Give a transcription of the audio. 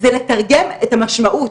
זה לתרגם את המשמעות.